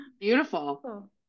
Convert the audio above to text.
Beautiful